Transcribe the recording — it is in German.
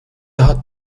hat